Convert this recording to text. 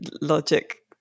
logic